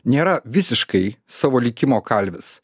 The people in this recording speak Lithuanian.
nėra visiškai savo likimo kalvis